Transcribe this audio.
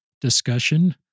discussion